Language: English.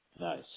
Nice